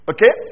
Okay